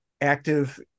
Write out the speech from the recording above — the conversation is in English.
active